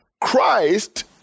Christ